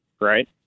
right